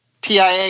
PIA